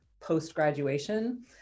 post-graduation